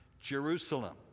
Jerusalem